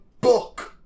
book